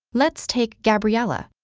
let's take gabriella,